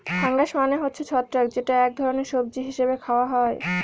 fungus মানে হচ্ছে ছত্রাক যেটা এক ধরনের সবজি হিসেবে খাওয়া হয়